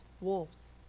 wolves